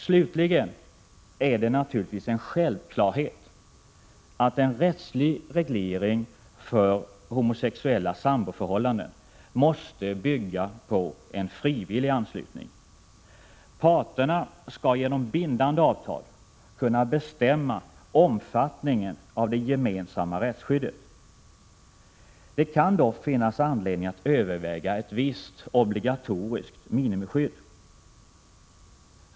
Slutligen är det naturligtvis en självklarhet att en rättslig reglering för homosexuella samboförhållanden måste bygga på en frivillig anslutning. Parterna skall genom bindande avtal kunna bestämma omfattningen av det gemensamma rättsskyddet. Det kan dock finnas anledning att överväga ett visst obligatoriskt minimiskydd.